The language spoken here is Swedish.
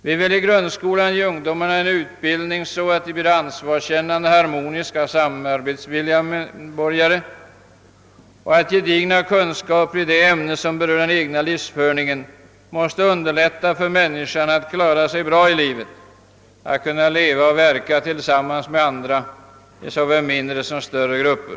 Vi vill i grundskolan ge ung domarna en utbildning så att de blir ansvarskännande, harmoniska och samarbetsvilliga medborgare. Gedigna kunskaper i det ämne som berör den egna livsföringen måste underlätta för människan att klara sig bra i livet och kunna leva och verka tillsammans med andra i såväl mindre som större grupper.